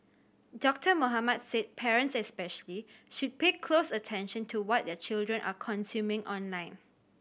Doctor Mohamed said parents especially should pay close attention to what their children are consuming online